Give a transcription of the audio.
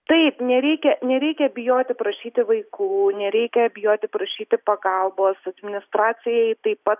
taip nereikia nereikia bijoti prašyti vaikų nereikia bijoti prašyti pagalbos administracijai taip pat